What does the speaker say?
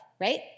right